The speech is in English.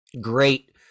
great